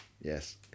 yes